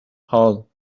hall